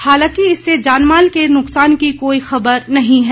हालांकि इससे जान माल के नुकसान की कोई खबर नहीं है